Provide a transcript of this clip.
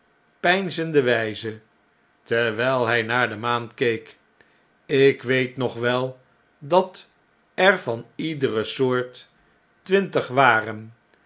peinzende wjjze terwijl hjj naar de maan keek ik weet nog wel dat er van iedere soort twintig waren